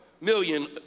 million